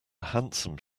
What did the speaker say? handsome